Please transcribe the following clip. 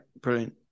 brilliant